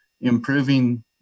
improving